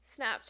Snapchat